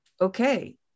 Okay